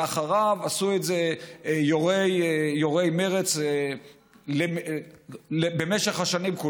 ואחריו עשו את זה יו"רי מרצ כולם במשך השנים,